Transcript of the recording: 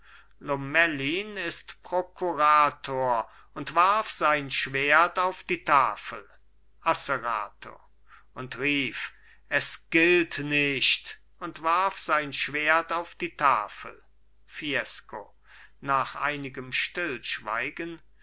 lomellin ist prokurator und warf sein schwert auf die tafel asserato und rief es gilt nicht und warf sein schwert auf die tafel fiesco nach einigem stillschweigen